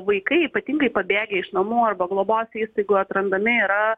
vaikai ypatingai pabėgę iš namų arba globos įstaigų atrandami yra